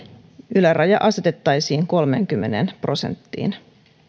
yläraja asetettaisiin kolmeenkymmeneen prosenttiin